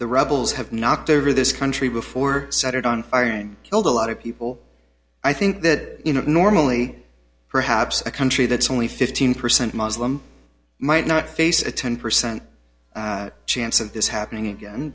the rebels have knocked over this country before set it on fire and killed a lot of people i think that you know normally perhaps a country that's only fifteen percent muslim might not face a ten percent chance of this happening again